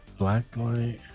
Blacklight